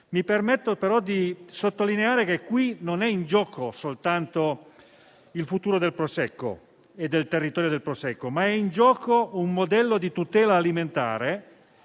Mi permetto però di sottolineare che qui non è in gioco soltanto il futuro del prosecco e del suo territorio, ma è in gioco un modello di tutela alimentare,